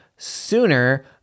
sooner